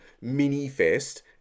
mini-fest